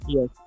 Yes